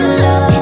love